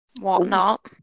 whatnot